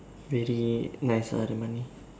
very nice ah the money